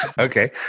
okay